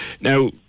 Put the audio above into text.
Now